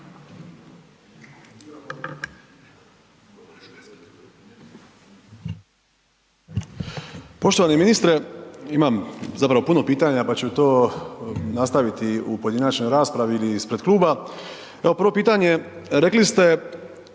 Poštovani ministre, imam zapravo puno pitanja pa ću to nastaviti u pojedinačnoj raspravi ili ispred kluba. Evo, prvo pitanje, rekli ste